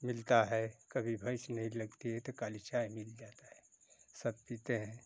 मिलता है कभी भेंस नहीं लगती है तो काली चाय मिल जाता है सब पीते हैं